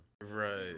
Right